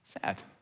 sad